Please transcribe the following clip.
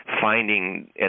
finding